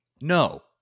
No